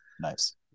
Nice